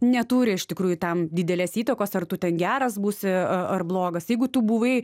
neturi iš tikrųjų tam didelės įtakos ar tu ten geras būsi a ar blogas jeigu tu buvai